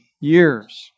years